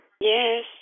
Yes